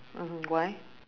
mmhmm why